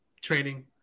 training